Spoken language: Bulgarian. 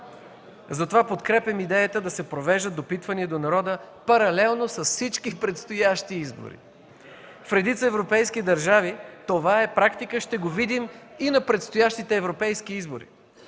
затова подкрепям идеята да се провеждат допитвания до народа паралелно с всички предстоящи избори. В редица европейски държави това е практика, ще го видим и на предстоящите европейски избори.